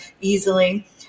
easily